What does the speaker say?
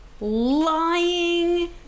lying